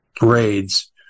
raids